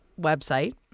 website